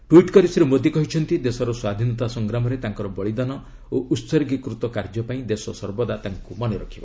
tweet କରି ଶ୍ରୀ ମୋଦି କହିଛନ୍ତି ଦେଶର ସ୍ୱାଧୀନତା ସଂଗ୍ରାମରେ ତାଙ୍କର ବଳିଦାନ ଓ ଉହର୍ଗୀକୃତ କାର୍ଯ୍ୟ ପାଇଁ ଦେଶ ସର୍ବଦା ତାଙ୍କ ମନେରଖିବ